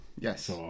Yes